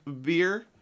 beer